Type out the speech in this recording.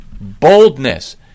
boldness